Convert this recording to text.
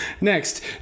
Next